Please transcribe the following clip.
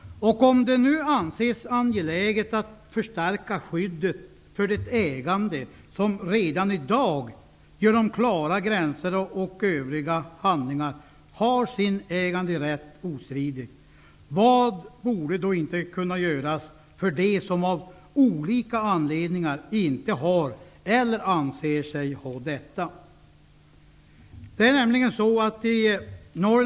Om det anses angeläget att förstärka skyddet för det ägande som redan i dag, genom klara gränser och övriga handlingar, har sin äganderätt ostridig, vad borde då inte göras för dem som av olika anledningar inte har eller anser sig ha detta?